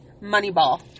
Moneyball